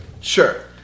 Sure